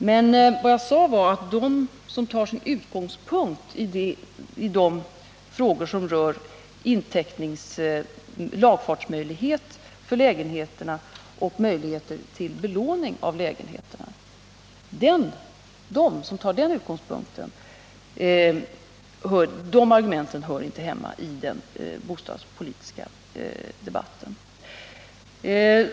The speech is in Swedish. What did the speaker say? Men vad jag sade var att de argument som har sin utgångspunkt i de frågor som rör lagfartsmöjlighet för lägenheterna och möjligheter till belåning av lägenheter inte hör hemma i den bostadspolitiska debatten.